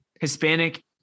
Hispanic